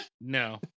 no